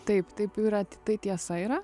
taip taip yra tai tiesa yra